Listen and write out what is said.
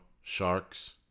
sharks